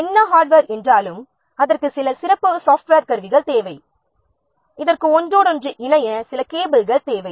என்ன ஹார்ட்வேர் அதற்கு சில சிறப்பு சாஃப்ட்வேர் கருவிகள் தேவை இவை ஒன்றோடொன்று இணைய சில கேபிள்கள் தேவை